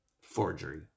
forgery